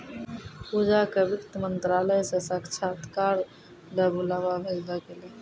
पूजा क वित्त मंत्रालय स साक्षात्कार ल बुलावा भेजलो गेलै